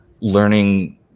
learning